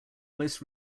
most